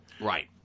Right